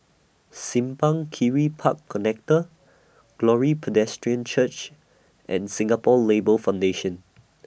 Simpang Kiri Park Connector Glory Presbyterian Church and Singapore Labour Foundation